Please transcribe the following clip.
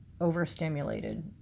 overstimulated